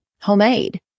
homemade